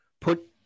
put –